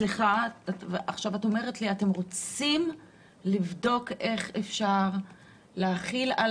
ועכשיו את אומרת שאתם רוצים לבדוק איך אפשר להחיל על